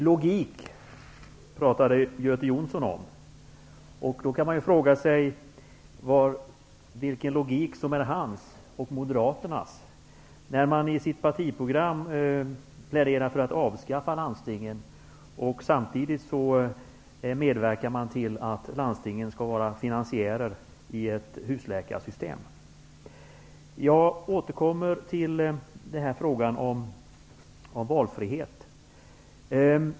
Herr talman! Göte Jonsson talade om logik. Då kan man fråga sig vilken logik som är hans och moderaternas, när man i sitt partiprogram pläderar för att avskaffa landstingen samtidigt som man medverkar till att landstingen skall vara finansiärer i ett husläkarsystem. Jag vill återkomma till frågan om valfrihet.